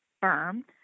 firm